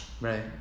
Right